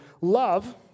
love